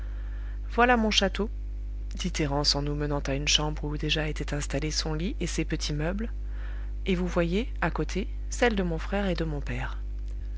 voilà mon château dit thérence en nous menant à une chambre où déjà étaient installés son lit et ses petits meubles et vous voyez à côté celle de mon frère et de mon père